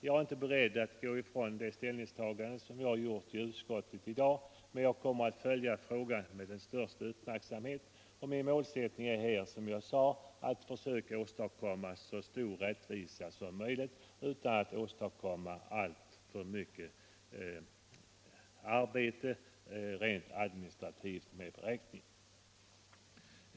Jag är inte i dag beredd att gå ifrån mitt ställningstagande i utskottet men kommer att följa frågan med största uppmärksamhet. Min målsättning är att åstadkomma så stor rättvisa som möjligt utan att det skall behövas alltför mycket rent administrativt arbete.